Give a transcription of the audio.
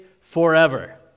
forever